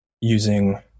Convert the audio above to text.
using